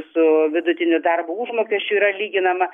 su vidutiniu darbo užmokesčiu yra lyginama